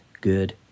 good